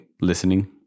listening